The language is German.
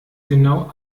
genau